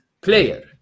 player